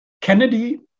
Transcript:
Kennedy